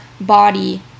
body